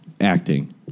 acting